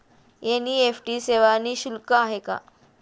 NEFT सेवा निःशुल्क आहे का?